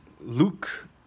luke